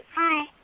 hi